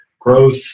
growth